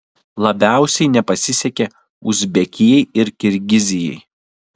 labiausiai nepasisekė uzbekijai ir kirgizijai